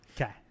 Okay